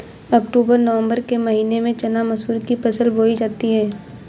अक्टूबर नवम्बर के महीना में चना मसूर की फसल बोई जाती है?